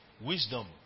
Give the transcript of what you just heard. Wisdom